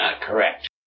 correct